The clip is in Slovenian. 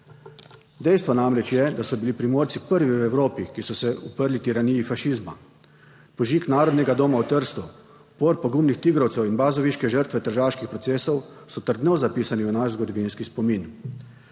Dejstvo je namreč, da so bili Primorci prvi v Evropi, ki so se uprli tiraniji fašizma. Požig Narodnega doma v Trstu, upor pogumnih tigrovcev in bazoviške žrtve tržaških procesov, so trdno zapisani v naš zgodovinski spomin.